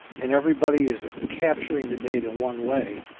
and everybody is capturing the data one way.